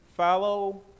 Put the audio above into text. Follow